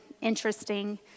interesting